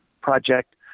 project